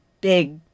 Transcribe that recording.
big